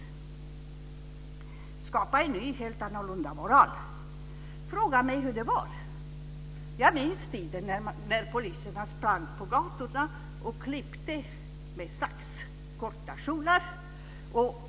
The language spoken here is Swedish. Man ville skapa en helt ny, annorlunda moral. Fråga mig hur det var! Poliser sprang på gatorna och klippte av korta kjolar med sax.